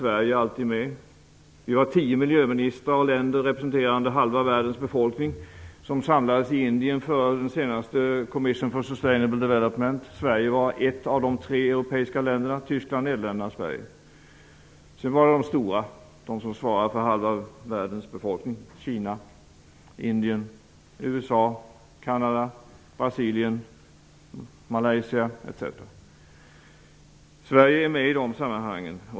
Vi var tio miljöministrar från länder representerande halva världens befolkning som samlades i Indien inom ramen för Commission for Nederländerna var de tre europeiska länder som var representerade. Sedan var det de stora länderna, de som svarar för ungefär halva världens befolkning -- Kina, Indien, USA, Kanada, Brasilien, Malaysia. Sverige är med i sådana sammanhang.